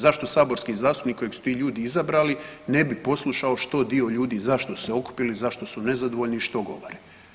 Zašto saborski zastupnik kojeg su ti ljudi izabrali ne bi poslušao što dio ljudi, zašto su se okupili, zašto su nezadovoljni i što govore?